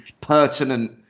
pertinent